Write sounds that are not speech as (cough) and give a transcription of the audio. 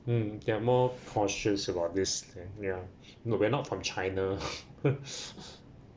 mm they are more cautious about this and ya no we are not from china (laughs)